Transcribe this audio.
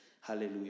Hallelujah